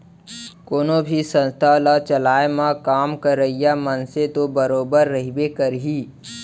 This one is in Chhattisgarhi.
कोनो भी संस्था ल चलाए म काम करइया मनसे तो बरोबर रहिबे करही